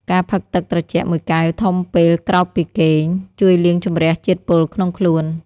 ការផឹកទឹកត្រជាក់មួយកែវធំពេលក្រោកពីគេង ជួយលាងជម្រះជាតិពុលក្នុងខ្លួន។